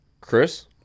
Chris